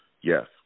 Yes